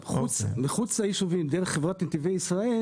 מחוץ ליישובים דרך חברת נתיבי ישראל